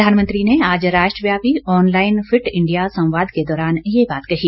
प्रधानमंत्री ने आज राष्ट्रव्यापी ऑनलाइन फिट इंडिया संवाद के दौरान ये बात कही